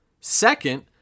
Second